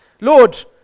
Lord